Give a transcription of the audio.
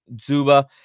Zuba